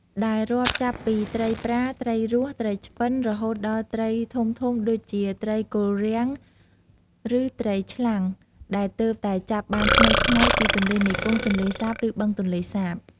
ដែលរាប់ចាប់ពីត្រីប្រា ត្រីរស់ ត្រីឆ្ពិន រហូតដល់ត្រីធំៗដូចជាត្រីគល់រាំង ឬត្រីឆ្លាំង ដែលទើបតែចាប់បានថ្មីៗពីទន្លេមេគង្គ ទន្លេសាប ឬបឹងទន្លេសាប។